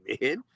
man